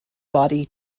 body